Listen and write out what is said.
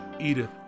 Edith